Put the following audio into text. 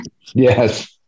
Yes